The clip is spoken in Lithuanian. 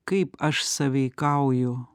kaip aš sąveikauju